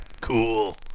cool